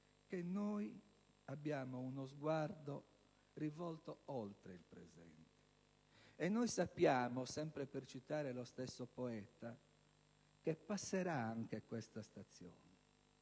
che noi abbiamo uno sguardo rivolto oltre il presente e sappiamo - sempre per citare lo stesso poeta - che passerà anche questa stazione.